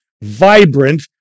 vibrant